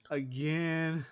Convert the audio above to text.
again